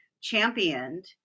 championed